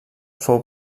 fou